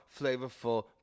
flavorful